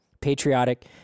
patriotic